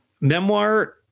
memoir